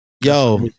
Yo